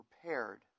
prepared